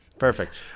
Perfect